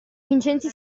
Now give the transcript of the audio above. vincenzi